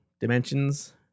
dimensions